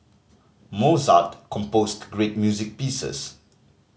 Mozart composed great music pieces